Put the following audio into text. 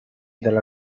dalla